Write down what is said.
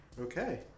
Okay